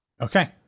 Okay